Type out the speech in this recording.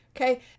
Okay